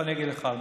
אי-אמון